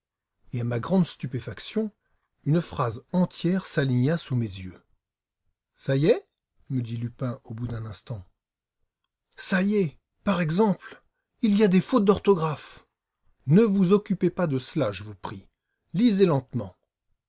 et à ma grande stupéfaction une phrase entière s'aligna sous mes yeux ça y est me dit lupin au bout d'un instant ça y est par exemple il y a des fautes d'orthographe ne vous occupez pas de cela je vous prie lisez lentement